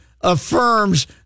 affirms